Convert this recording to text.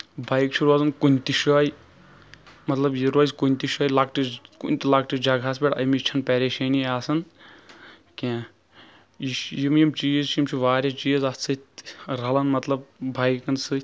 bike چھِ روزان کُنہِ تہِ جایہِ مطلب یہِ روزِ کُنہِ تہِ جایہِ لۄکٹِس کُنہِ تہِ لۄکٹِس جگہس پٮ۪ٹھ اَمِچ چھنہٕ پریشٲنی آسان کیٚنٛہہ یہِ چھُ یِم یِم چیٖز چھِ یِم چھ واریاہ چیٖز اَتھ سۭتۍ رَلان مطلب بایکن سۭتۍ